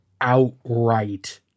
outright